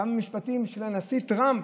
כמה משפטים של הנשיא טראמפ,